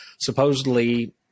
Supposedly